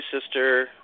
sister